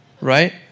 right